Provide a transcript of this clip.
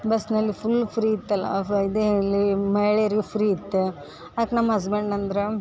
ಬಸ್ನಲ್ಲಿ full free ಇತ್ತಲ್ಲ ಇದೆ ಇಲ್ಲಿ ಮಹಿಳೆರಿಗೂ ಫ್ರೀ ಇತ್ತು ಅದ್ಕೆ ನಮ್ಮ ಹಸ್ಬೆಂಡ್ ಅಂದ್ರು